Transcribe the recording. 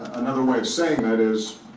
another way of saying that is,